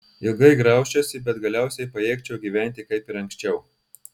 ilgai graužčiausi bet galiausiai pajėgčiau gyventi kaip ir anksčiau